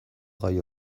gai